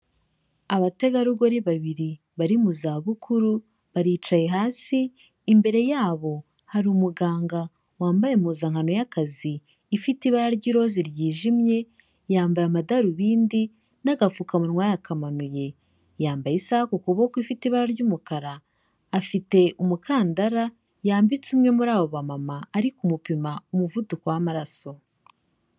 Abategarugori babiri bari mu za bukuru, baricaye hasi imbere yabo hari umuganga wambaye impuzankano y'akazi ifite ibara ry'irozi ryijimye, yambaye amadarubindi n'agapfukamunwa yakamanuye, yambaye isaha ku kuboko ifite ibara ry'umukara, afite umukandara yambitse umwe muri abo ba mama ari ku mupima umuvuduko w'amaraso.